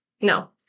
no